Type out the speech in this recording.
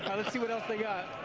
let's see what else they got.